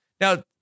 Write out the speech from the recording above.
Now